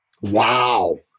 Wow